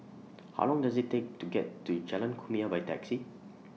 How Long Does IT Take to get to Jalan Kumia By Taxi